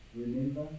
remember